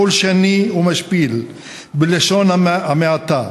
פולשני ומשפיל בלשון המעטה.